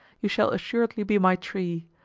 you shall assuredly be my tree.